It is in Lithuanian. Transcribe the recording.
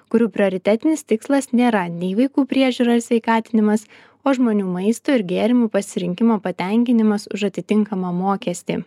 kurių prioritetinis tikslas nėra nei vaikų priežiūra ir sveikatinimas o žmonių maisto ir gėrimų pasirinkimo patenkinimas už atitinkamą mokestį